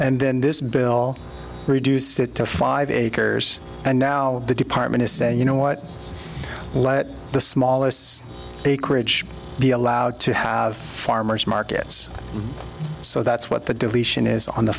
and then this bill reduced it to five acres and now the department is saying you know what let the smallest so big krige be allowed to have farmer's market it's so that's what the deletion is on the